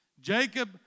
Jacob